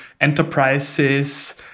enterprises